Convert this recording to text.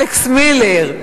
אלכס מילר.